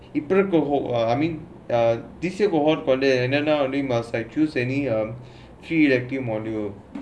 different book I mean uh this year cohort cordial and then not only must I choose any uh three elective module